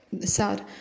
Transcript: sad